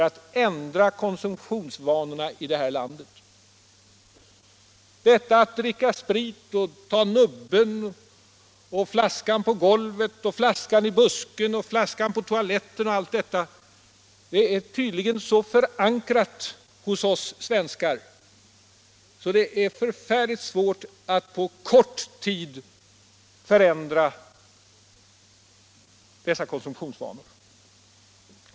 Att dricka sprit och att ta nubben — flaskan på golvet, flaskan i busken, flaskan på toaletten osv. — är tydligen så förankrat hos oss svenskar att det är förfärligt svårt att på kort tid förändra dessa konsumtionsvanor.